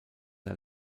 der